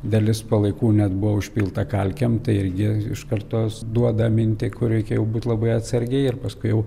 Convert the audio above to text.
dalis palaikų net buvo užpilta kalkėm tai irgi iš karto duoda mintį kur reikėjo būti labai atsargiai ir paskui jau